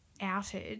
outed